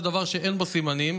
זה דבר שאין לו סימנים,